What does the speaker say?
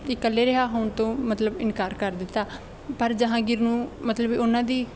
ਇਕੱਲੇ ਰਿਹਾਅ ਹੋਣ ਤੋਂ ਮਤਲਬ ਇੰਨਕਾਰ ਕਰ ਦਿੱਤਾ ਪਰ ਜਹਾਂਗੀਰ ਨੂੰ ਮਤਲਬ ਉਹਨਾਂ ਦੀ